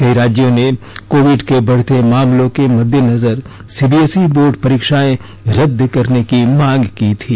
कई राज्यों ने कोविड के बढते मामलों के मद्देनजर सीबीएसई बोर्ड परीक्षाएं रद्द करने की मांग की थी